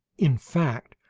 in fact,